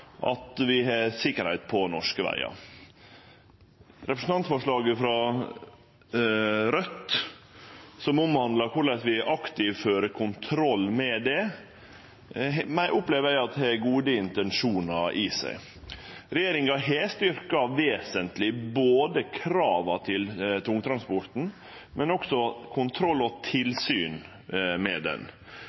at vi har sikkerheit på norske vegar. Representantforslaget frå Raudt, som omhandlar korleis vi aktivt fører kontroll med det, opplever eg at har gode intensjonar i seg. Regjeringa har vesentleg styrkt både krava til tungtransporten og også kontroll og tilsyn med